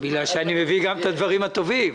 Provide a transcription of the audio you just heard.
אני מביא גם את הדברים הטובים.